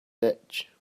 ditch